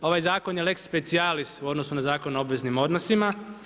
Ovaj zakon je lex specialis u odnosu na Zakon o obveznim odnosima.